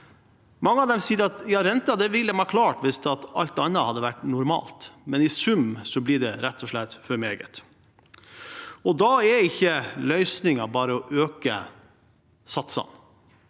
Mange av dem sier at de ville ha klart renten hvis alt annet hadde vært normalt, men i sum blir det rett og slett for meget. Da er ikke løsningen bare å øke satsene.